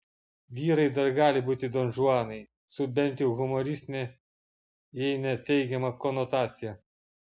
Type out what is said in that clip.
vyrai dar gali būti donžuanai su bent jau humoristine jei ne teigiama konotacija